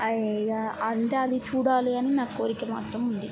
అంటే అది చూడాలి అని నా కోరిక మాత్రం ఉంది